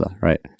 right